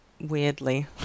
weirdly